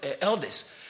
elders